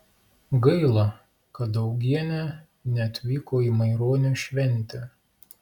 gaila kad augienė neatvyko į maironio šventę